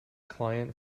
client